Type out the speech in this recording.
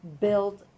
built